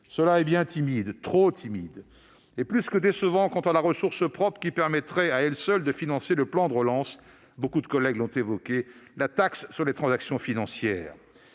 Cela est bien timide, trop timide, et plus que décevant eu égard à la création de la ressource propre qui permettrait à elle seule de financer le plan de relance-beaucoup de collègues l'ont évoquée-, à savoir la taxe sur les transactions financières.